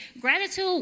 gratitude